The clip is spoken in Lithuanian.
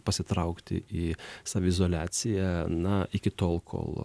pasitraukti į saviizoliaciją na iki tol kol